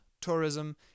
tourism